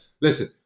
listen